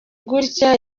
gutya